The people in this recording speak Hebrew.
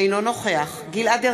אינו נוכח גלעד ארדן,